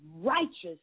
righteous